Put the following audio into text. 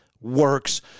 works